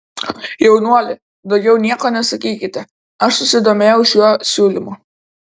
jaunuoli daugiau nieko nesakykite aš susidomėjau šiuo siūlymu